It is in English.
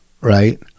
Right